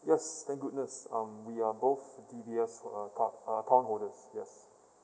yes thank goodness um we are both D_B_S uh card account holders yes